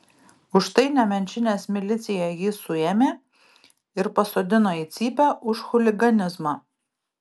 už tai nemenčinės milicija jį suėmė ir pasodino į cypę už chuliganizmą